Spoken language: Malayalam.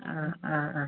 ആ ആ ആ